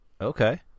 Okay